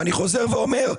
אני חוזר ואומר,